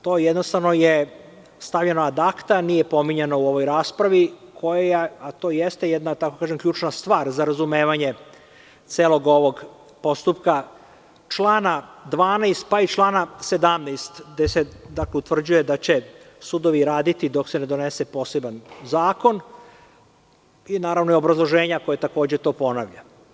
To je jednostavno stavljeno ad akta nije pominjano u ovoj raspravi koja, a to jeste, da tako kažem ključna stvar za razumevanje celog ovog postupka člana 12. pa i člana 17. gde se utvrđuje da će sudovi raditi dok se ne donese poseban zakon, i naravno obrazloženja koje takođe to ponavlja.